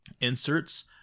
inserts